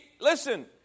listen